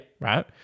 right